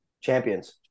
Champions